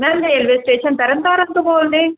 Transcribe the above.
ma'am railway station Tarn Taran ਤੋਂ ਬੋਲਦੇ